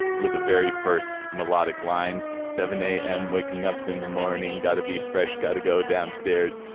with the very first melodic lines. seven, eight, and waking up in the morning. got to be fresh. got to go downstairs.